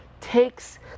takes